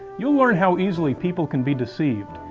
you'll learn how easily people can be deceived,